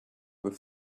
were